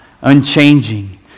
unchanging